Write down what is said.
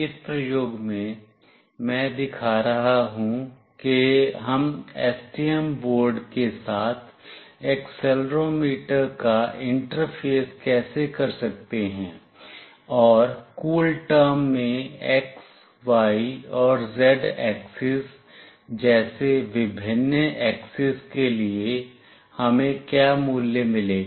इस प्रयोग में मैं दिखा रहा हूँ कि हम एसटीएम बोर्ड के साथ एक्सेलेरोमीटर का इंटरफेस कैसे कर सकते हैं और कूलटर्म में x y और z एक्सिस जैसे विभिन्न एक्सिस के लिए हमें क्या मूल्य मिलेगा